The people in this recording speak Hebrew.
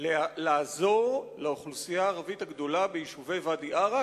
לעזור לאוכלוסייה הערבית הגדולה ביישובי ואדי-עארה,